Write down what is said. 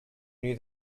knew